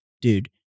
dude